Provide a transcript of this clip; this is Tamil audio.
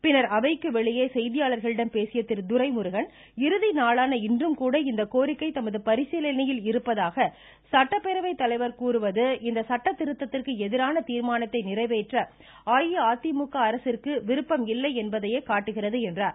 பின்னர் அவைக்கு வெளியே செய்தியாளர்களிடம் பேசிய திரு துரைமுருகன் நாளான இன்றும்கூட இக்கோரிக்கை தமது பரிசீலனையில் இருப்பதாக இங்கி சட்டப்பேரவை தலைவர் கூறுவது இச்சட்ட திருத்திற்கு எதிரான தீர்மானத்தை நிறைவேற்ற அஇஅதிமுக அரசிற்கு விருப்பம் இல்லை என்பதையே காட்டுகிறது என்றார்